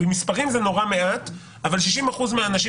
במספרים זה נורא מעט אבל 60 אחוזים מהאנשים